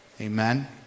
Amen